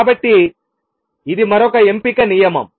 కాబట్టి ఇది మరొక ఎంపిక నియమం